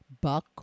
Buck